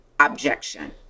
Objection